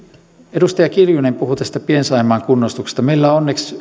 edustaja kiljunen puhui tästä pien saimaan kunnostuksesta meillä on onneksi